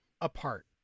apart